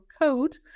code